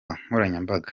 nkoranyambaga